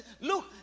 look